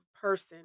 person